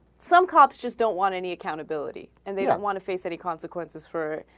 some cops just don't want any accountability and they don't want a face any consequences for